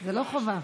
לא חובה.